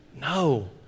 No